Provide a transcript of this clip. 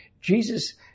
Jesus